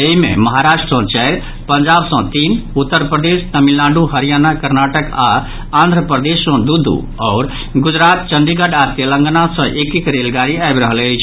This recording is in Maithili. एहि मे महाराष्ट्र सॅ चारि पंजाब सॅ तीन उत्तरप्रदेश तमिलनाडु हरियाणा कर्नाटक आओर आंध्रप्रदेश सॅ दू दू आओर गुजरात चंढ़ीगढ़ आ तेलंगाना सॅ एक एक रेलगाड़ी आबि रहल अछि